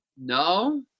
No